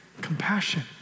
Compassion